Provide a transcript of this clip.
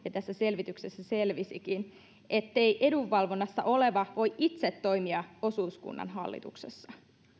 mikä tässä selvityksessä selvisikin ettei edunvalvonnassa oleva voi itse toimia osuuskunnan hallituksessa